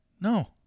No